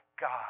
God